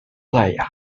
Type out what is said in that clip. player